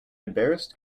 embarrassed